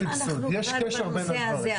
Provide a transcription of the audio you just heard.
אם אנחנו כבר בנושא הזה,